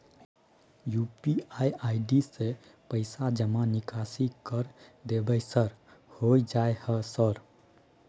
UPI ID से पैसा जमा निकासी कर देबै सर होय जाय है सर?